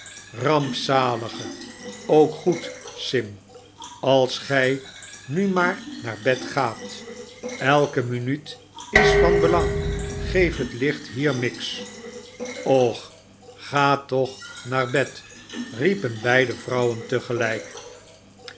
rampzalige sookgoed sim als gij nu maar naar bed gaat elke minuut is van belang geef het licht hier miggs sgch ga toch maar naar bed riepen beide vrouwen